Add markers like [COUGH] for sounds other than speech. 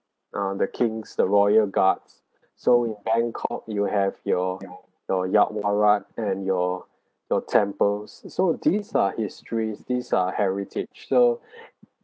uh the kings the royal guards so in bangkok you have your your yaowarat and your your temples s~ so these are histories these are heritage so [BREATH]